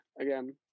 Again